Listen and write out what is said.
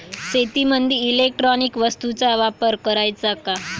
शेतीमंदी इलेक्ट्रॉनिक वस्तूचा वापर कराचा का?